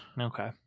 Okay